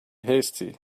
hasty